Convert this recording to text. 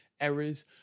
errors